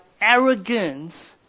arrogance